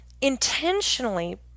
intentionally